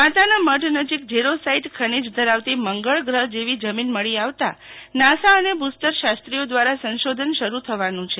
માતાનામઢ નજીક જેરોસાઈટ ખનીજ ધરાવતી મંગળ ગ્રહ જેવી જમીન મળી આવતા નાસા અને ભૂસ્તર શાસ્ત્રીઓ દ્વારા સંશોધન શરૂ થવાનું છે